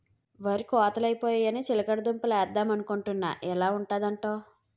వరి కోతలై పోయాయని చిలకడ దుంప లేద్దమనుకొంటున్నా ఎలా ఉంటదంటావ్?